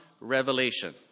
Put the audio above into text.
Revelation